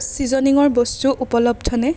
ছিজনিঙৰ বস্তু উপলব্ধনে